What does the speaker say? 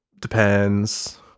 depends